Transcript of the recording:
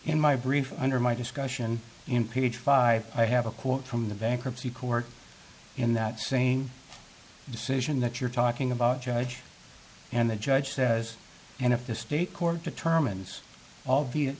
in my brief under my discussion in page five i have a quote from the vacancy court in that same decision that you're talking about judge and the judge says and if the state court determines al